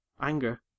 Anger